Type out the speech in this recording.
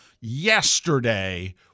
yesterday